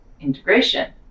integration